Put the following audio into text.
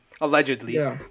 allegedly